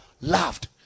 laughed